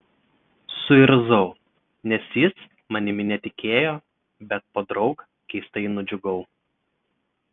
suirzau nes jis manimi netikėjo bet podraug keistai nudžiugau